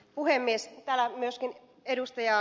täältä myöskin ed